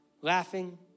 laughing